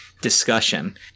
discussion